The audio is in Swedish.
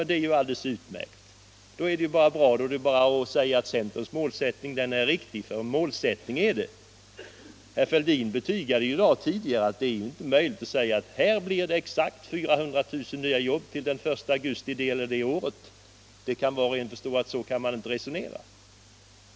Det är alldeles utmärkt, då är det bara att säga att centerns målsättning är riktig. För en målsättning är det. Herr Fälldin framhöll ju tidigare i dag att det inte är möjligt att säga att det blir exakt 400 000 nya jobb till den 1 augusti det och det året. Var och en måste förstå att så kan man inte resonera.